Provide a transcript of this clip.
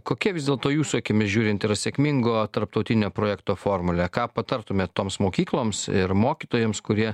kokia vis dėlto jūsų akimis žiūrint yra sėkmingo tarptautinio projekto formulė ką patartumėt toms mokykloms ir mokytojams kurie